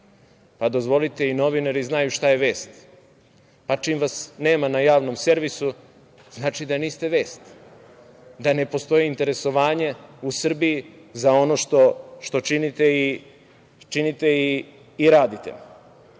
Dozvolite, i novinari znaju šta je vest, pa čim vas nema na Javnom servisu znači da niste vest, da ne postoji interesovanje u Srbiji za ono što činite i radite. Odakle